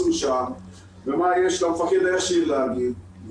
ומה יש למפקד הישיר להגיד,